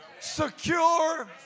secure